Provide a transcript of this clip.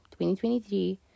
2023